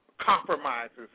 compromises